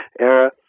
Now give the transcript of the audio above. era